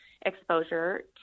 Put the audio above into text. exposure